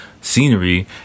scenery